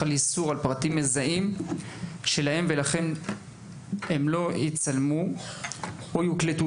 חל איסור על פרטים מזהים שלהם ולכן הם לא יצולמו או יוקלטו,